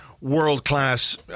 world-class